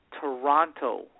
Toronto